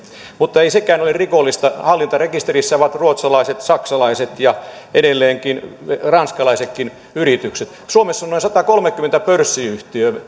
mutta ei sekään ole rikollista hallintarekisterissä ovat ruotsalaiset saksalaiset ja ranskalaisetkin yritykset edelleen suomessa on noin satakolmekymmentä pörssiyhtiötä